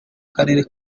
karere